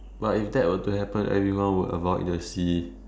but if that were to happen everyone would avoid the sea